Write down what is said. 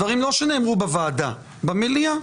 דברים לא שנאמרו בוועדה במליאה.